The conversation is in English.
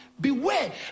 beware